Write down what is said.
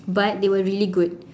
but they were really good